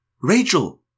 Rachel